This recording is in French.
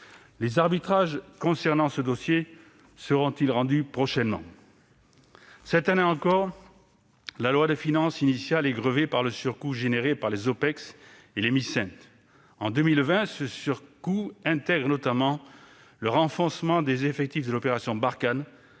Les arbitrages sur ce dossier seront-ils rendus prochainement ? Cette année encore, le projet de loi de finances initiale est grevé par le surcoût généré par les OPEX et les missions intérieures (Missint). En 2020, ce surcoût intègre notamment le renforcement des effectifs de l'opération Barkhane,